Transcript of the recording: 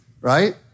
right